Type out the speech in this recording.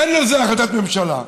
אין לזה החלטת ממשלה.